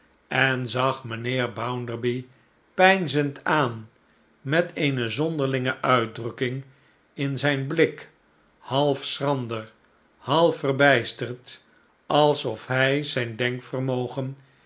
en zag mijnheer bounderby peinzend aan met eene zonderlinge uitdrukking in zijn blik half schrander half verbijsterd alsof hij zijn